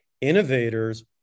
innovators